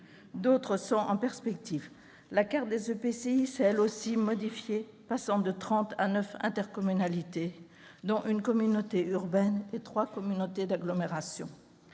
communes sont envisagées. La carte des EPCI s'est elle aussi modifiée, passant de trente à neuf intercommunalités, dont une communauté urbaine et trois communautés d'agglomération.